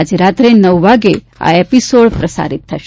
આજે રાત્રે નવ વાગે એપિસોડ પ્રસારિત થશે